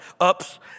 ups